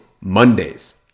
Mondays